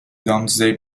domesday